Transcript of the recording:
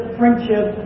friendship